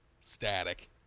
static